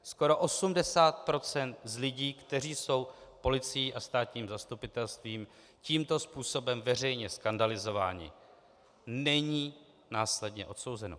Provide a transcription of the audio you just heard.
Skoro 80 % z lidí, kteří jsou policií a státním zastupitelstvím tímto způsobem veřejně skandalizováni, není následně odsouzeno.